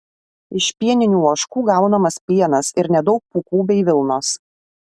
iš pieninių ožkų gaunamas pienas ir nedaug pūkų bei vilnos